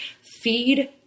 Feed